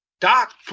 Doc